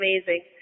amazing